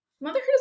Motherhood